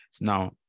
now